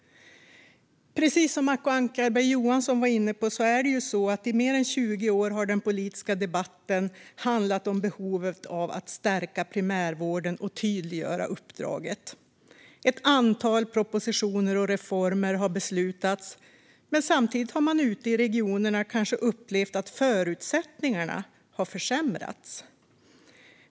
Precis som Acko Ankarberg Johansson var inne på har det i den politiska debatten i mer än 20 år handlat om behovet av att stärka primärvården och tydliggöra dess uppdrag. Det har fattats beslut om ett antal propositioner och reformer, men samtidigt har man ute i regionerna kanske upplevt att förutsättningarna har försämrats.